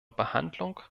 behandlung